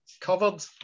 covered